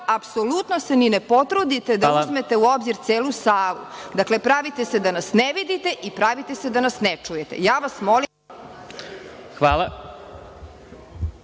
apsolutno se ni ne potrudite da uzmete u obzir celu salu. Pravite se da nas ne vidite i pravite se da nas ne čujete. Ja vas molim da